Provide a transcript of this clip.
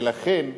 ולכן,